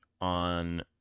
on